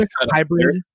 hybrid